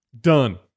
done